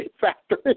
factory